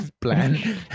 plan